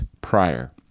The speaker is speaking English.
prior